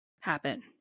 happen